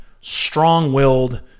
strong-willed